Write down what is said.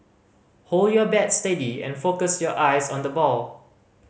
hold your bat steady and focus your eyes on the ball